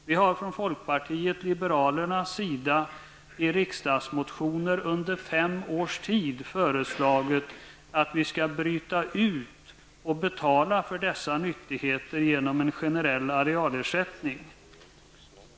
Vi har från folkpartiet liberalernas sida i riksdagsmotioner under fem års tid föreslagit att vi skall bryta ut och betala för dessa nyttigheter genom en generell arealersättning.